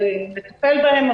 לטפל בהם,